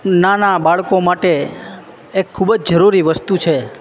નાના બાળકો માટે એ ખૂબ જ જરૂરી વસ્તુ છે